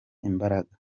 imbaraga